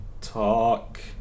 Talk